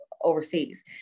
overseas